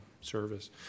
service